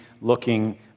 looking